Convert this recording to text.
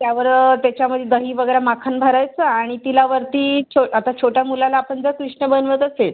त्यावर त्याच्यामध्ये दही वगैरे माखन भरायचं आणि तिला वरती छो आता छोट्या मुलाला आपण जर कृष्ण बनवत असेल